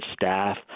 staff